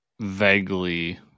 vaguely